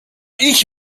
ich